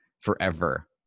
forever